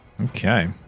Okay